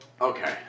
okay